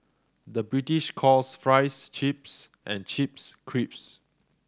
the British calls fries chips and chips crisps